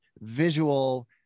visual